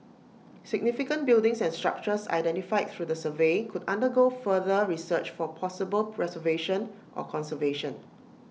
significant buildings and structures identified through the survey could undergo further research for possible preservation or conservation